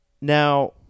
Now